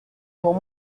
pour